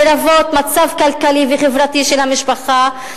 לרבות מצב כלכלי וחברתי של המשפחה,